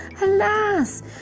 alas